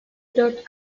dört